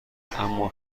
اما